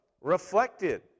reflected